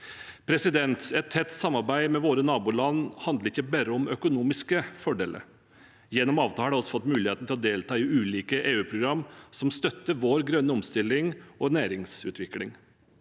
i Norge. Et tett samarbeid med våre naboland handler ikke bare om økonomiske fordeler. Gjennom avtalen har vi fått muligheten til å delta i ulike EU-program som støtter vår grønne omstilling og næringsutvikling.